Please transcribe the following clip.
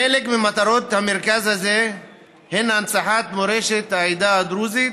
חלק ממטרות המרכז הזה הן הנצחת מורשת העדה הדרוזית,